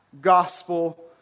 Gospel